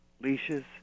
leashes